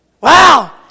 Wow